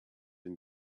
been